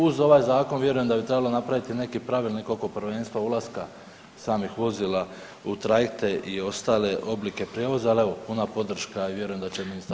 Uz ovaj zakon vjerujem da bi trebalo napravit i neki pravilnik oko prvenstva ulaska samih vozila u trajekte i ostale oblike prijevoza, ali evo puna podrška i vjerujem da će ministarstvo